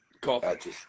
Coffee